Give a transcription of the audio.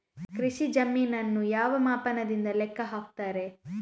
ಕೃಷಿ ಜಮೀನನ್ನು ಯಾವ ಮಾಪನದಿಂದ ಲೆಕ್ಕ ಹಾಕ್ತರೆ?